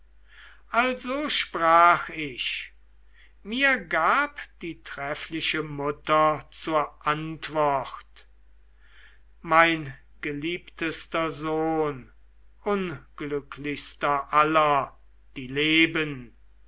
also sprach ich mir gab die treffliche mutter zur antwort mein geliebtester sohn unglücklichster aller die leben